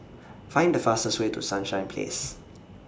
Find The fastest Way to Sunshine Place